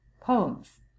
poems